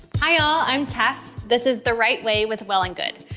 hi y'all, i'm tess. this is the right way with well and good.